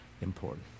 important